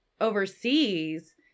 overseas